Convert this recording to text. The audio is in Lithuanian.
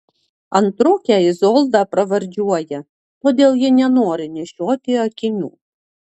antrokę izoldą pravardžiuoja todėl ji nenori nešioti akinių